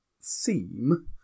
seem